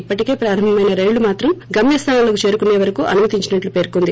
ఇప్పటికే ప్రారంభమైన రైళ్లు మాత్రం గమ్యస్థానాలకు చేరుకునే వరకు అనుమతించినట్టు పర్కొంది